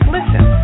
Listen